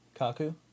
Kaku